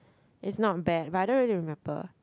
it's not bad but I don't really remember